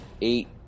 eight